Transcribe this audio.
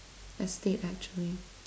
estate actually